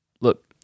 look